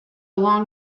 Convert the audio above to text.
long